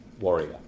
warrior